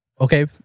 Okay